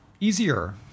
easier